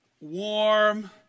warm